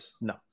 No